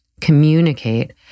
communicate